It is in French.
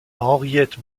henriette